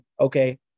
okay